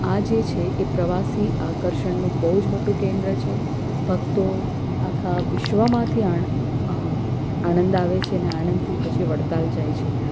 આ જે છે એ પ્રવાસી આકર્ષણનું બહુ જ મોટું કેન્દ્ર છે ભક્તો આખા વિશ્વમાંથી આણંદ આવે છે ને આણંદથી પછી વડતાલ જાય છે